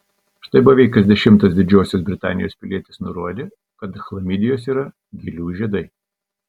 štai beveik kas dešimtas didžiosios britanijos pilietis nurodė kad chlamidijos yra gėlių žiedai